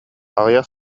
аҕыйах